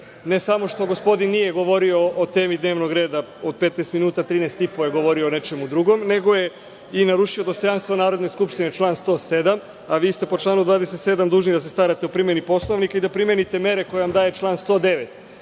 Ne samo što gospodin nije govorio o temi dnevnog reda, od 15 minuta 13,5 je govorio o nečemu drugom, nego je i narušio dostojanstvo Narodne skupštine, član 107, a vi ste po članu 27 dužni da se starate o primeni Poslovnika, i da primenite mere koje vam daje član 109.Kada